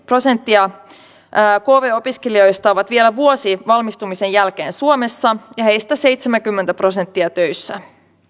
prosenttia kv opiskelijoista on vielä vuosi valmistumisen jälkeen suomessa ja heistä seitsemänkymmentä prosenttia töissä